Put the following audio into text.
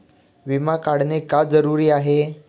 विमा काढणे का जरुरी आहे?